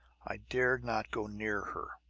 i dared not go near her.